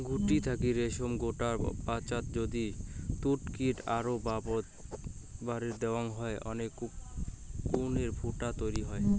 গুটি থাকি রেশম গোটার পাচত যদি তুতকীটক আরও বারের দ্যাওয়া হয় তানে কোকুনের ফুটা তৈয়ার হই